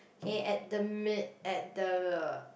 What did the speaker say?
K at the mid at the